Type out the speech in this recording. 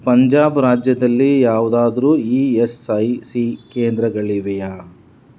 ಪಂಜಾಬ್ ರಾಜ್ಯದಲ್ಲಿ ಯಾವುದಾದ್ರೂ E S I C ಕೇಂದ್ರಗಳಿವೆಯಾ